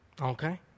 Okay